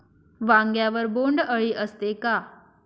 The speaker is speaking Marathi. वांग्यावर बोंडअळी असते का?